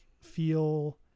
feel